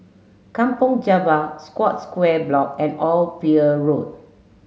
Kampong Java Scotts Square Block and Old Pier Road